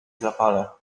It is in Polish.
zapale